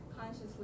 consciously